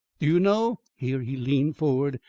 do you know here he leaned forward,